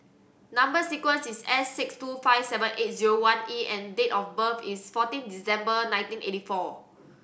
number sequence is S six two five seven eight zero one E and date of birth is fourteen December nineteen eighty four